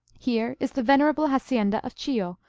here is the venerable hacienda of chillo,